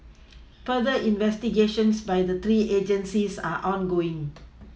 further investigations by the three agencies are ongoing